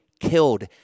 killed